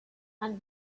and